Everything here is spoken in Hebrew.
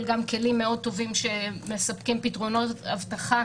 גם כלים מאוד טובים שמספקים פתרונות אבטחה